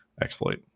exploit